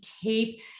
keep